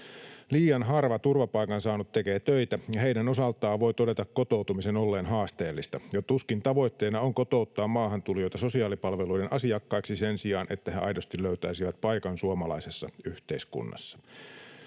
Liian harva turvapaikan saanut tekee töitä, ja heidän osaltaan voi todeta kotoutumisen olleen haasteellista. Tuskin tavoitteena on kotouttaa maahantulijoita sosiaalipalveluiden asiakkaiksi sen sijaan, että he aidosti löytäisivät paikan suomalaisessa yhteiskunnassa.